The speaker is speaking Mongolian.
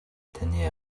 таны